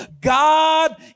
God